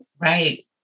Right